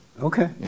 Okay